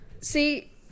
see